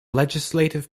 legislative